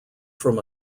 from